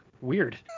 weird